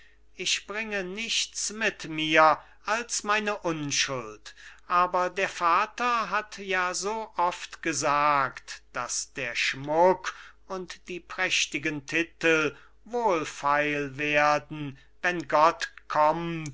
sind ich bringe nichts mit mir als meine unschuld aber der vater hat ja so oft gesagt daß der schmuck und die prächtigen titel wohlfeil werden wenn gott kommt